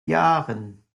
jahren